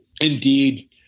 indeed